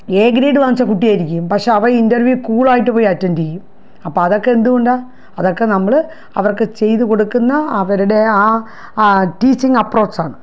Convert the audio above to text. A grade വാങ്ങിച്ച കുട്ടിയായിരിക്കും പക്ഷേ അവൻ ഇൻറർവ്യൂ കൂളായിട്ട് പോയി അറ്റൻഡ് ചെയ്യും അപ്പോള് അതൊക്കെ എന്തുകൊണ്ടാണ് അതൊക്കെ നമ്മള് അവർക്ക് ചെയ്തുകൊടുക്കുന്ന അവരുടെ ആ ടീച്ചിംഗ് അപ്രോച്ചാണ്